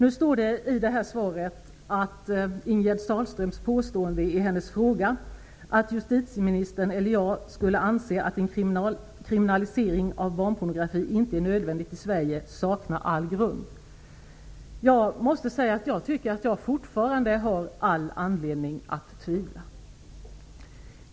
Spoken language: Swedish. I svaret står det: ''Ingegerd Sahlströms påstående i hennes fråga, att justitieministern, eller jag, skulle anse att en kriminalisering av barnpornografi inte är nödvändig i Sverige, saknar -- all grund.'' Jag tycker att jag fortfarande har all anledning att tvivla.